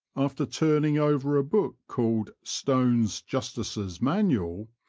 after turning over a book called stone's justices' manual,